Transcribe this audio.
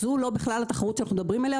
זו לא התחרות שאנחנו מדברים עליה,